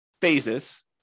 phases